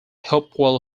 hopewell